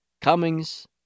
Cummings